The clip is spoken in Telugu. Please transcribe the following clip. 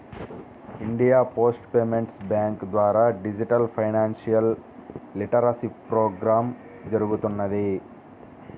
ఇండియా పోస్ట్ పేమెంట్స్ బ్యాంక్ ద్వారా డిజిటల్ ఫైనాన్షియల్ లిటరసీప్రోగ్రామ్ జరుగుతున్నది